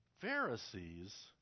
Pharisees